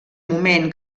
moment